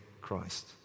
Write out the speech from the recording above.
Christ